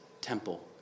temple